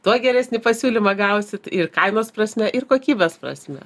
tuo geresnį pasiūlymą gausit ir kainos prasme ir kokybės prasme